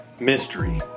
Mystery